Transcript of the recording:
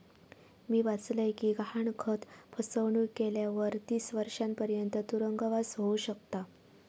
मी वाचलय कि गहाणखत फसवणुक केल्यावर तीस वर्षांपर्यंत तुरुंगवास होउ शकता